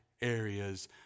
areas